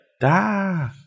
Da